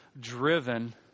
driven